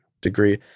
degree